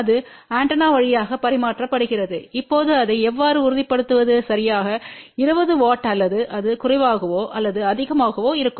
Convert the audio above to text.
அது ஆண்டெனா வழியாக பரிமாற்றப்படுகிறது இப்போது அதை எவ்வாறு உறுதிப்படுத்துவது சரியாக 20 வாட் அல்லது அது குறைவாகவோ அல்லது அதிகமாகவோ இருக்கும்